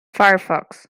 firefox